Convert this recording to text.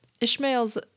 ishmael's